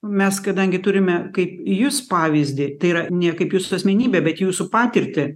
mes kadangi turime kaip jus pavyzdį tai yra ne kaip jūsų asmenybė bet jūsų patirtį